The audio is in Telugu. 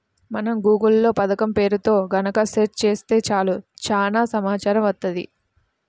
మనం గూగుల్ లో పథకం పేరుతో గనక సెర్చ్ చేత్తే చాలు చానా సమాచారం వత్తది